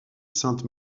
sainte